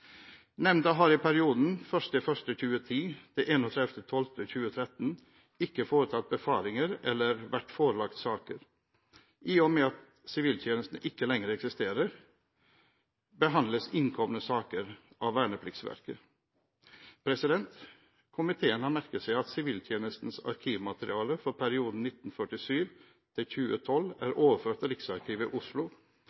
Nemnda har i perioden 1. januar 2010–31. desember 2013 ikke foretatt befaringer eller vært forelagt saker. I og med at siviltjenesten ikke lenger eksisterer, behandles innkomne saker av Vernepliktsverket. Komiteen har merket seg at siviltjenestens arkivmateriale for perioden 1947–2012 er overført til